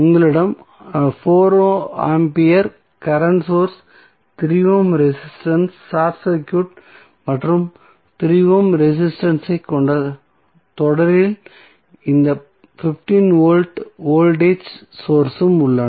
உங்களிடம் 4 ampere current source 3 ohm resistance short circuit மற்றும் 3 ohm resistance ஐ கொண்ட தொடரில் இந்த 15 வோல்ட் வோல்டேஜ் சோர்ஸ் உம் உள்ளன